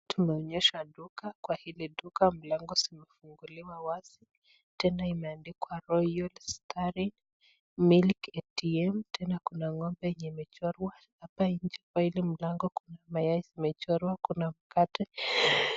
Tunaonyeshwa duka. Kwa hili duka mlango zimefunguliwa wazi. Tena imeandikwa royal stirring milk atm. Tena kuna ng'ombe yenye imechorwa. Hapa nje kwa hili mlango, kuna mayai zimechorwa. Kuna mkate.